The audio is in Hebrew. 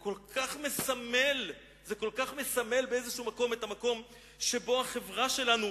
כל כך מסמל את המקום שבו החברה שלנו